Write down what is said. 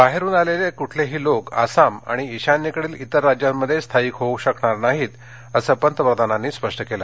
बाहेरून आलेले कुठलेही लोक आसाम आणि ईशान्येकडील इतर राज्यांमध्ये स्थायिक होऊ शकणार नाहीत असं पंतप्रधानांनी स्पष्ट केलं